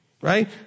right